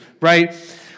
right